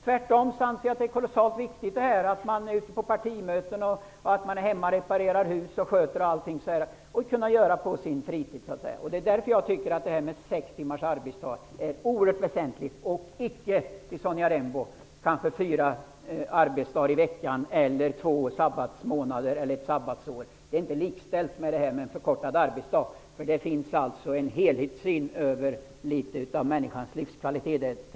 Tvärtom, jag anser att det är kolossalt viktigt att man på sin fritid är ute på partimöten, hemma och reparerar hus eller sköter annat. Det är därför som jag tycker att kravet på sex timmars arbetsdag är oerhört väsentligt. Fyra arbetsdagar i veckan, två sabbatsmånader eller ett sabbatsår är icke likställt med en förkortad arbetsdag, Sonja Rembo. I mitt tänkesätt finns det alltså en helhetssyn när det gäller människans livskvalitet.